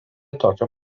tokio